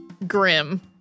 grim